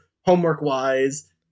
homework-wise